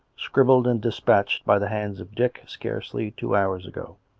scribbled and dispatched by the hands of dick scarcely two hours ago.